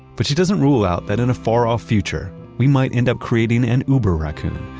but she doesn't rule out that in a far-off future, we might end up creating an uber raccoon,